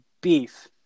beef